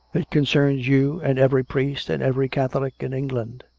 it concerns you and every priest and every catholic in england.